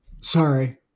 sorry